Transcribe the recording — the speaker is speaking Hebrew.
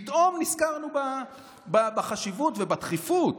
פתאום נזכרנו בחשיבות ובדחיפות.